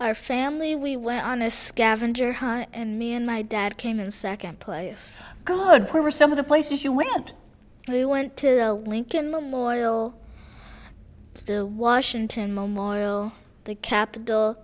our family we were on a scavenger hunt and me and my dad came in second place good were some of the places you went blue went to the lincoln memorial still washington memorial the capit